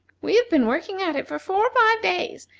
we have been working at it for four or five days,